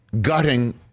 gutting